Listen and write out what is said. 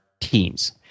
teams